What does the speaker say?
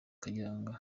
kayiranga